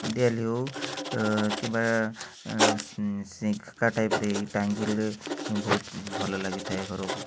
ଦିଆଲି ହଉ କିମ୍ବା ସିଙ୍କା ଟାଇପ୍ ରେ ଟାଙ୍ଗିଲେ ବହୁତ ଭଲ ଲାଗିଥାଏ ଘରକୁ